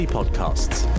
Podcasts